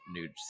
nude